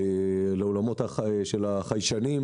לעולמות של החיישנים,